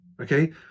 okay